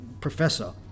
professor